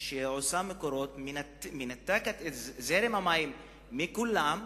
מה שעושה "מקורות" מנתקת את זרם המים מכולם,